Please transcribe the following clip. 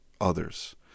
others